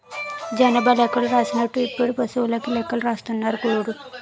జనాభా లెక్కలు రాసినట్టు ఇప్పుడు పశువులకీ లెక్కలు రాస్తున్నారు సూడు